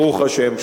ברוך השם,